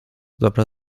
dobre